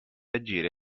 agire